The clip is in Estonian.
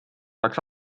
oleks